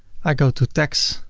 i go to tax.